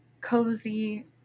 cozy